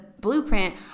blueprint